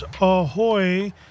Ahoy